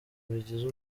bigize